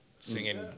singing